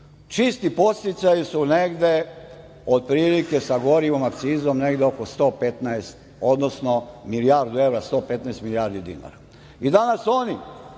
Čisti podsticaji su negde otprilike sa gorivom, akcizom oko 115, odnosno milijardu evra, milijardi dinara. Danas oni